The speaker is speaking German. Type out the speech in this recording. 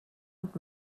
und